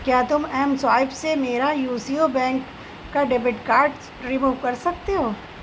کیا تم M swipe سے میرا یو سی او بینک کا ڈیبٹ کارڈ رموو کر سکتے ہو